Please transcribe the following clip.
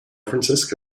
francisco